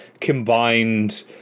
combined